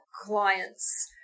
clients